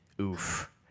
Oof